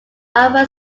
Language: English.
alpha